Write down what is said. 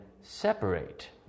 separate